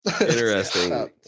Interesting